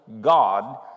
God